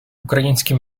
українські